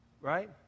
right